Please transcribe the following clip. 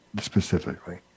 specifically